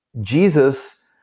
Jesus